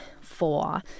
four